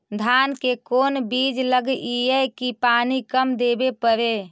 धान के कोन बिज लगईऐ कि पानी कम देवे पड़े?